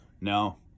No